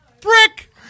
Brick